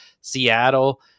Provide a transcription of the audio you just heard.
Seattle